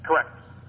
correct